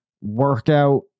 workout